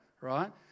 right